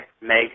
Meg